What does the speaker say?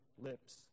lips